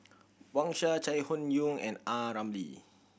Wang Sha Chai Hon Yoong and A Ramli